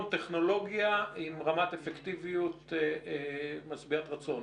טכנולוגיה עם רמת אפקטיביות משביעת רצון.